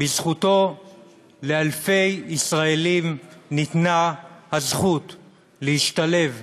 בזכותו לאלפי ישראלים ניתנה הזכות להשתלב,